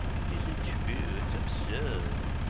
it isn't true it's absurd!